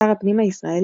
שר הפנים הישראלי,